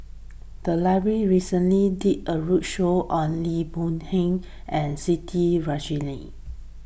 the library recently did a roadshow on Lee Boon Yang and Siti Khalijah